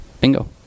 Bingo